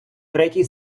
третій